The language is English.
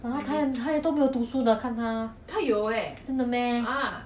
I got see him in school mah he study with who ah darryl they all